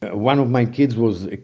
one of my kids was,